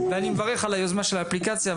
ואני מברך על היוזמה של האפליקציה.